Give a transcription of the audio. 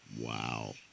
Wow